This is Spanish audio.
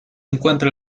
encuentra